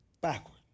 backward